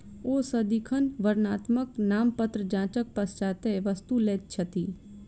ओ सदिखन वर्णात्मक नामपत्र जांचक पश्चातै वस्तु लैत छथि